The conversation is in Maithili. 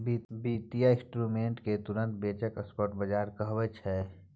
बित्तीय इंस्ट्रूमेंट केँ तुरंत बेचब स्पॉट बजार कहाबै छै